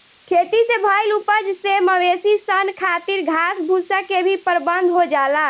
खेती से भईल उपज से मवेशी सन खातिर घास भूसा के भी प्रबंध हो जाला